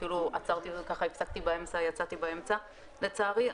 אפילו יצאתי באמצע לצערי,